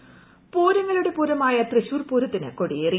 തൃശൂർ പൂരം പൂരങ്ങളുടെ പൂരമായ തൃശൂർ പൂരത്തിന് കൊടിയേറി